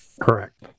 Correct